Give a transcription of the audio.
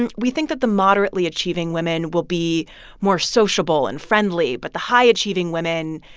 and we think that the moderately achieving women will be more sociable and friendly. but the high-achieving women,